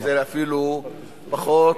זה אפילו פחות,